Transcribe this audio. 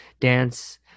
dance